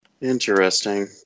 Interesting